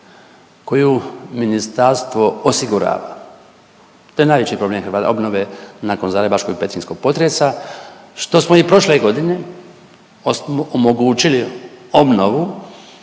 koju ministarstvo osigurava. To je najveći problem obnove nakon zagrebačkog i petrinjskog potresa što smo i prošle godine omogućili obnovu